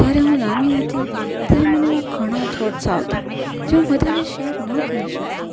જ્યારે હું નાની હતી ત્યારે મને એવાં ઘણાં થોટશ આવતાં જે હું બધાને શેર ન કરી શકતી